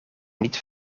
niet